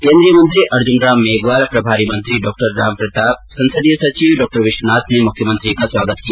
केन्द्रीय मंत्री अर्जुन राम मेघवाल प्रभारी मंत्री डॉक्टर रामप्रताप संसदीय सचिव डॉ विश्वनाथ ने मुख्यमंत्री का स्वागत किया